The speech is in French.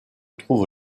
trouve